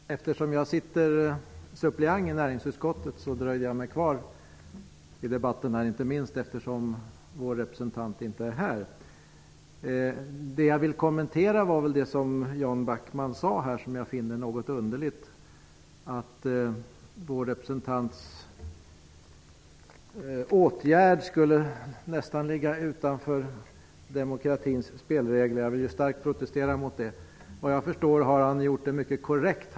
Herr talman! Eftersom jag sitter som suppleant i näringsutskottet dröjde jag mig kvar för att lyssna på debatten, inte minst eftersom vår representant inte är här. Jag vill kommentera det som Jan Backman sade. Jag finner det något underligt att vår representants åtgärd nästan skulle ligga utanför demokratins spelregler. Jag vill starkt protestera mot det. Vad jag förstår har han uppträtt mycket korrekt.